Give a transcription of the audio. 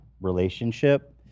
relationship